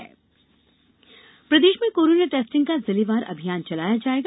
corona समीक्षा प्रदेश में कोरोना टेस्टिंग का जिलेवार अभियान चलाया जाएगा